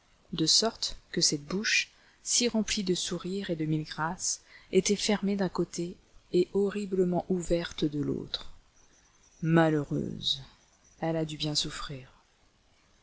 de sorte que cette bouche si remplie de sourires et de mille grâces était fermée d'un côté et horriblement ouverte de l'autre malheureuse elle a dû bien souffrir